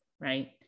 right